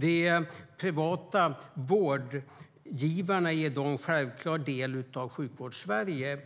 De privata vårdgivarna är en självklar del av Sjukvårdssverige,